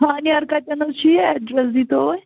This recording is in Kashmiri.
خانٛیار کَتٮ۪ن حظ چھُ یہِ ایڈرَس دِیٖتو اَسہِ